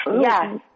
yes